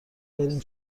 بریم